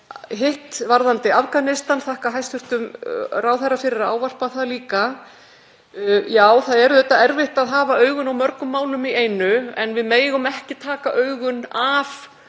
þar. Varðandi Afganistan þá þakka ég hæstv. ráðherra fyrir að ávarpa það líka. Já, það er erfitt að hafa augun á mörgum málum í einu en við megum ekki taka augun af því sem